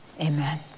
Amen